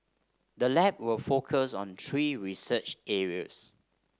the lab will focus on three research areas